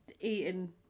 Eating